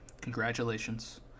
congratulations